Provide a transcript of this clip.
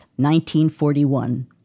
1941